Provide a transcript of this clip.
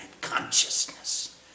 consciousness